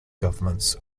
governments